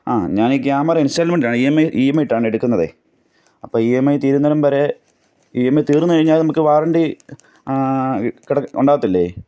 ആ ഞാനീ ക്യാമറ ഇൻസ്റ്റാൾമെൻറ്റാണെ E M I E M I ഇട്ടാണ് എടുക്കുന്നതെ അപ്പോൾ ഇ എം ഐ തീരുന്നിടം വരെ ഇ എം ഐ തീർന്നു കഴിഞ്ഞാൽ നമുക്ക് വാറൻറ്റി ഇ കെടക്ക് ഉണ്ടാവത്തില്ലേ